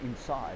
inside